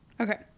okay